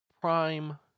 prime